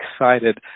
excited